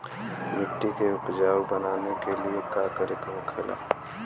मिट्टी के उपजाऊ बनाने के लिए का करके होखेला?